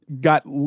got